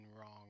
wrong